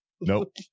Nope